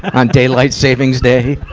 on daylight savings day.